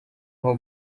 nko